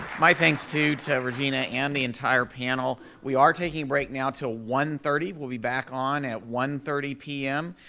my thanks, too, to regina and the entire panel. we are taking a break now till one thirty, we'll be back on at one thirty p m.